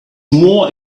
more